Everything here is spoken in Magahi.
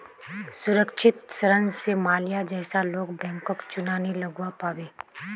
सुरक्षित ऋण स माल्या जैसा लोग बैंकक चुना नी लगव्वा पाबे